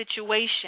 situation